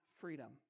freedom